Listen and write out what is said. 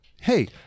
hey